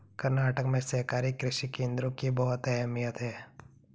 कर्नाटक में सहकारी कृषि केंद्रों की बहुत अहमियत है